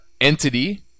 entity